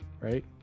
right